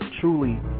truly